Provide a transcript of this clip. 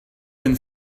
been